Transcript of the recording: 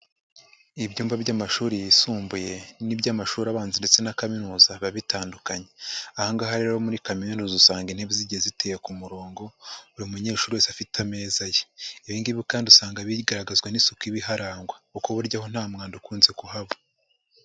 Ibyumba by'amashuri yisumbuye n'iby'amashuri abanza ndetse na Kaminuza biba bitandukanye, aha ngaha rero muri Kaminuza usanga intebe zigiye ziteye ku murongo buri munyeshuri wese afite ameza ye, ibi ngibi kandi usanga birigaragazwa n'isuku iba iharangwa kuko burya ho nta mwanda ukunze kuhaba.